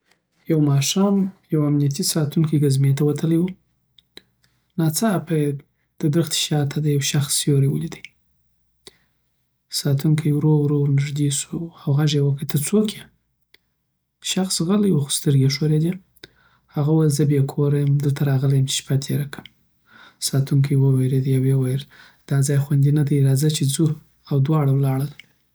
یو ماښام، یو امنیتي ساتونکی ګزمې ته وتلی و. ناڅاپه یی د درختی شاته د یو شخص سیوری ولیدی. ساتونکی ورو ورو ورنږدې شو او غږ ېې وکړ: ته څوک یې؟ شخص غلی و، خو سترګې ېې ښوریدی. هغه وویل، زه بی کوره یم او لته راغلی یم چی شپه تیره کړم. ساتونکی وویریدی او ویی ویل، دا ځای خوندي نه دی، راځه چی ځو او دواړه ولاړل.